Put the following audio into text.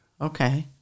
okay